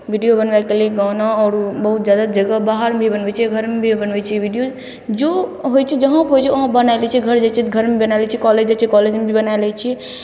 video बनबैके लिए गाना आओर ओ बहुत जादा जगह बाहरमे भी बनबै छिए घरमे भी बनबै छिए वीडिओ जो होइ छै जहाँपर होइ छै वहाँ बनै लै छिए घर रहै छै घरमे बनै लै छिए कॉलेज जाइ छिए तऽ कॉलेजमे भी बनै लै छिए